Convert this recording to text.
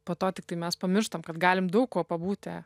po to tiktai mes pamirštam kad galim daug kuo pabūti tai